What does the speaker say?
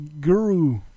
guru